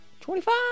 Twenty-five